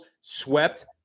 swept